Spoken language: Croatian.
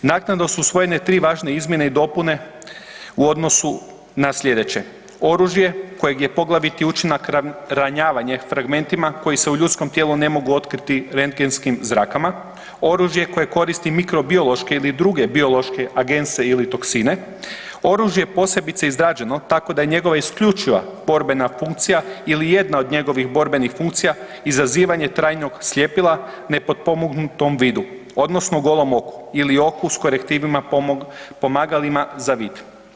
Naknadno su usvojene tri važne izmjene i dopune u donosu na sljedeće: oružje kojeg je poglaviti učinak ranjavanje fragmentima koji se u ljudskom tijelu ne mogu otkriti rengenskim zrakama, oružje koje koristi mikrobiološke ili druge biološke agense ili toksine, oružje posebice izrađeno tako da je njegova isključiva borbena funkcija ili jedna od njegovih borbenih funkcija izazivanje trajnog sljepila nepotpomognutom vidu odnosno golom oku ili oku s korektivima pomagalima za vid.